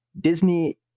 disney